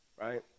right